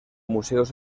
museos